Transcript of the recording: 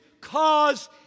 cause